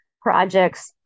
projects